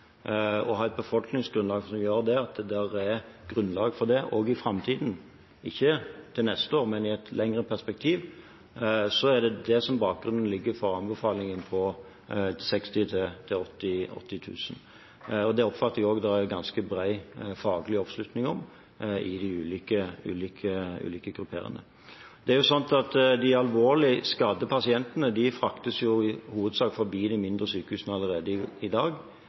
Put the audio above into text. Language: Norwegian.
ha et befolkningsgrunnlag som gjør at det er grunnlag for det også i framtiden – ikke til neste år, men i et lengre perspektiv. Det er det som er bakgrunnen for anbefalingen om 60 000–80 000. Det oppfatter jeg at det er ganske bred faglig oppslutning om i ulike grupperinger. Det er slik at de alvorlig skadde pasientene fraktes i hovedsak forbi de mindre sykehusene allerede i dag. De 14 mindre sykehusene som jeg nevnte, har én komplisert skadet pasient i